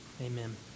Amen